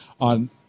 on